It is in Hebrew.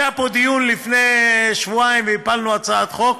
שהיה פה דיון לפני שבועיים והפלנו הצעת חוק,